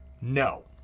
No